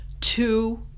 two